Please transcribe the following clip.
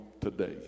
today